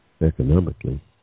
economically